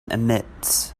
emits